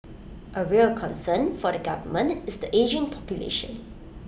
A real concern for the government is the ageing population